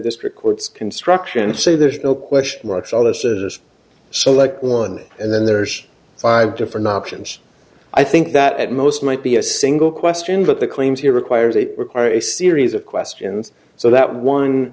district courts construction say there's no question marks all this is so like one and then there's five different options i think that at most might be a single question but the claims here requires they require a series of questions so that one